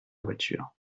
voiture